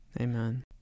Amen